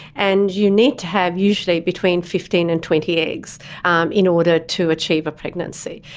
and you need to have usually between fifteen and twenty eggs in order to achieve a pregnancy.